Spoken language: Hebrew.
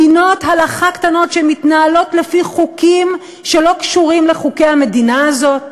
מדינות הלכה קטנות שמתנהלות לפי חוקים שלא קשורים לחוקי המדינה הזאת,